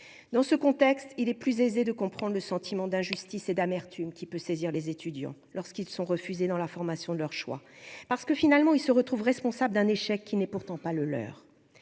dans ce contexte, il est plus aisé de comprendre le sentiment d'injustice et d'amertume qui peut saisir les étudiants lorsqu'ils sont refusés dans la formation de leur choix, parce que finalement, il se retrouve responsable d'un échec qui n'est pourtant pas le leur,